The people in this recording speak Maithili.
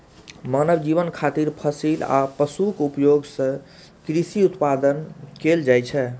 मानव जीवन खातिर फसिल आ पशुक उपयोग सं कृषि उत्पादन कैल जाइ छै